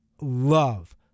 love